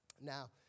now